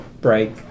break